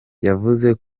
yavuze